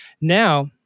Now